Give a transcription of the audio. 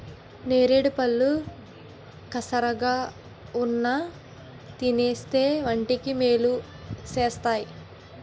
నేరేడుపళ్ళు కసగావున్నా తినేస్తే వంటికి మేలు సేస్తేయ్